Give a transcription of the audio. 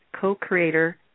co-creator